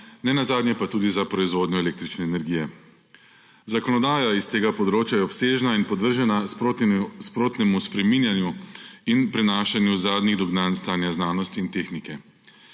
nenazadnje pa tudi za proizvodnjo električne energije. Zakonodaja s tega področja je obsežna in podvržena sprotnemu spreminjanju in prenašanju zadnjih dognanj stanja znanosti in tehnike.